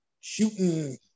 shooting